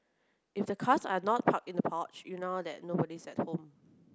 if the cars are not parked in the porch you know that nobody's at home